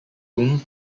whom